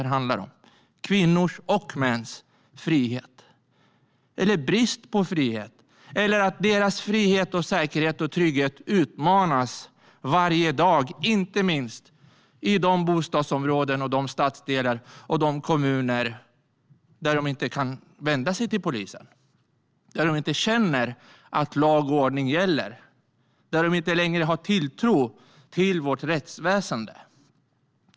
Den handlar om kvinnors och mäns frihet eller brist på frihet eller att deras frihet, säkerhet och trygghet utmanas varje dag, inte minst i de bostadsområden, stadsdelar och kommuner där de inte kan vända sig till polisen, där de inte känner att lag och ordning gäller och där de inte längre har tilltro till vårt rättsväsen.